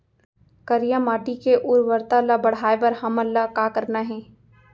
करिया माटी के उर्वरता ला बढ़ाए बर हमन ला का करना हे?